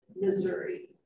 missouri